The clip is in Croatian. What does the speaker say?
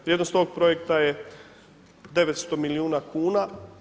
Vrijednost tog projekta je 900 milijuna kuna.